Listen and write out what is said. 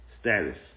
status